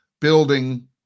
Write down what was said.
building